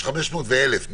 יש 500 ו-1,000.